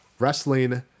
wrestling